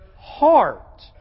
heart